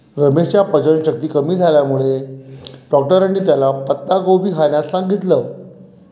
रमेशच्या पचनशक्ती कमी झाल्यामुळे डॉक्टरांनी त्याला पत्ताकोबी खाण्यास सांगितलं